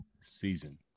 season